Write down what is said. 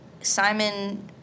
Simon